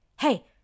hey